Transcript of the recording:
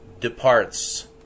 departs